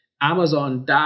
amazon